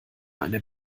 eine